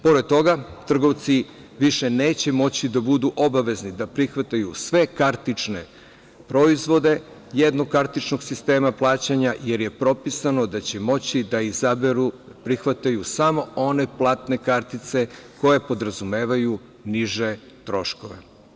Pored toga, trgovci više neće moći da budu obavezni da prihvataju sve kartične proizvode jednokartičnog sistema plaćanja, jer je propisano da će moći da izaberu, prihvataju samo one platne kartice koje podrazumevaju niže troškove.